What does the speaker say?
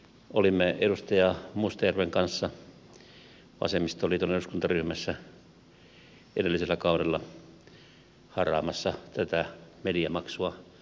olimme edustaja mustajärven kanssa vasemmistoliiton eduskuntaryhmässä edellisellä kaudella haraamassa tätä mediamaksua vastaan